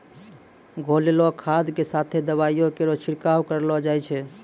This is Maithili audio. घोललो खाद क साथें दवाइयो केरो छिड़काव करलो जाय छै?